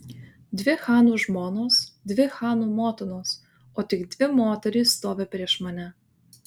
dvi chanų žmonos dvi chanų motinos o tik dvi moterys stovi prieš mane